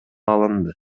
алынды